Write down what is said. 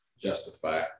justify